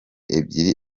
ebyiri